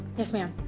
yes ma'am.